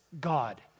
God